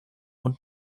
und